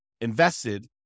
invested